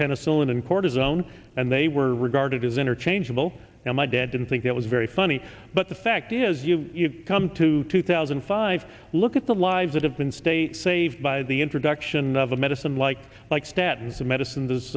penicillin and cortisone and they were regarded as interchangeable now my dad didn't think that was very funny but the fact is you come to two thousand and five look at the lives that have been state saved by the introduction of a medicine like like statens of medicines